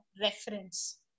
reference